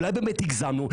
אולי באמת הגזמנו?